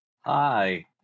Hi